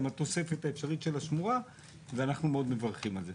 עם התוספת האפשרית של השמורה ואנחנו מאוד מברכים על זה.